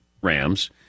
Ram's